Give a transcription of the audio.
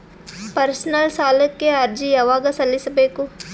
Personal ಸಾಲಕ್ಕೆ ಅರ್ಜಿ ಯವಾಗ ಸಲ್ಲಿಸಬೇಕು?